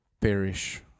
perish